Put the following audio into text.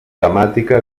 temàtica